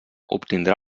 obtindrà